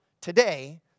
today